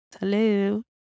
Hello